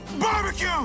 barbecue